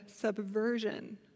subversion